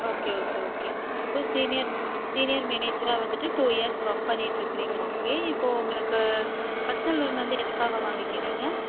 okay okay okay இப்போ senior senior மேனேஜராக வந்துவிட்டு டூ இயர்ஸ் ஒர்க் பண்ணிட்டுருக்குறீங்க ஓகே இப்போ உங்களுக்கு பெர்சனல் லோன் வந்து எதுக்காக வாங்கிக்குறீங்க